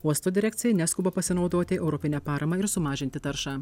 uosto direkcija neskuba pasinaudoti europine parama ir sumažinti taršą